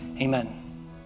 Amen